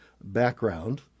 background